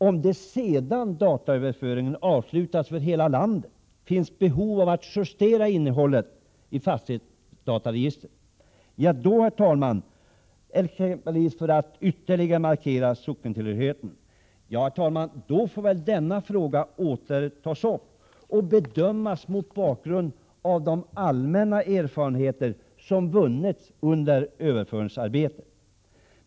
Om det, sedan dataöverföringen avslutats för hela landet, finns behov av att justera innehållet i fastighetsregistret, t.ex. för att ytterligare markera sockentillhörigheten, ja då, herr talman, får denna fråga åter tas upp och bedömas mot bakgrund av de allmänna erfarenheter som vunnits under överföringsarbetet.